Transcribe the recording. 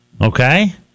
Okay